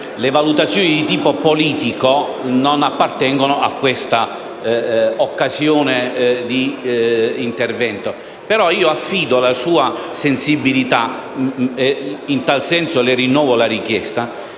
le valutazioni di ordine politico non appartengono a questa occasione di intervento, ma affido alla sua sensibilità - e in tale senso le rinnovo la richiesta